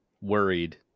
worried